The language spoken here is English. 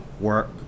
work